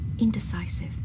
indecisive